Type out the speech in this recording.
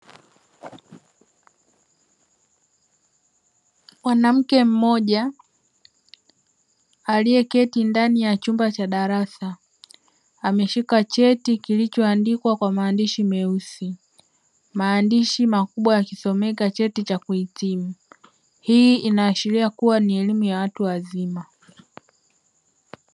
Mwanamke mmoja aliyeketi ndani ya chumba cha darasa, ameshika cheti kilichoandikwa kwa maandishi meusi, maandishi makubwa yakisomeka cheti cha kuhitimu. Hii inaashiria kuwa ni elimu ya watu wazima.